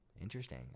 Interesting